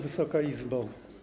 Wysoka Izbo!